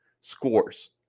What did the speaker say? scores